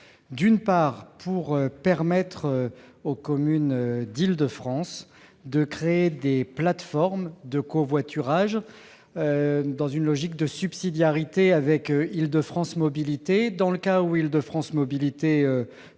d'une part, de permettre aux communes d'Île-de-France de créer des plateformes de covoiturage, dans une logique de subsidiarité avec Île-de-France Mobilités, dans le cas où l'établissement